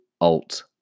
Alt